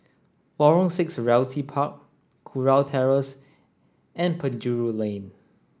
Lorong six Realty Park Kurau Terrace and Penjuru Lane